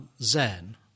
Zen